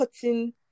cutting